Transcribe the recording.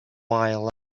wael